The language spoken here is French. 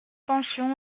pension